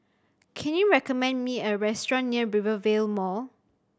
can you recommend me a restaurant near Rivervale Mall